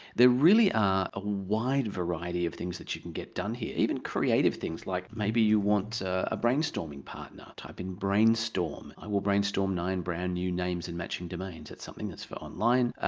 there really are a wide variety of things that you can get done here, even creative things. like, maybe you want a brainstorming partner. type in brainstorm, i will brainstorm nine brand new names and matching domains. that's something that's for online.